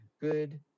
good